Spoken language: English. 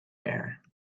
air